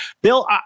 Bill